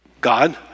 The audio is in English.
God